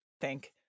thank